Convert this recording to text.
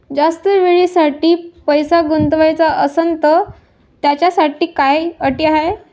जास्त वेळेसाठी पैसा गुंतवाचा असनं त त्याच्यासाठी काही अटी हाय?